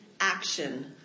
action